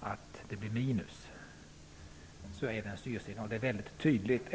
att det blir minus är det en väldigt tydlig signal.